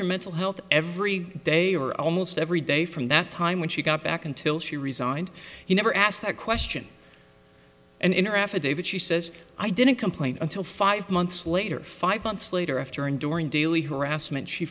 your mental health every day or almost every day from that time when she got back until she resigned he never asked that question and in her affidavit she says i didn't complain until five months later five months later after enduring daily harassment she